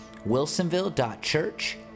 wilsonville.church